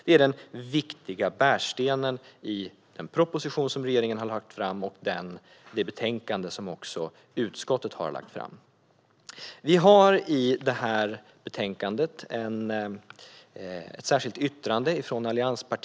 Det är den viktiga bärstenen i den proposition som regeringen har lagt fram och det betänkande som utskottet har lagt fram. Allianspartierna har ett särskilt yttrande i betänkandet.